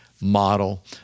Model